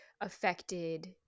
affected